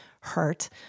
hurt